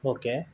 okay